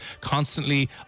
constantly